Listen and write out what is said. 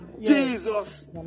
Jesus